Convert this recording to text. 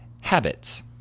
habits